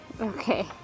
Okay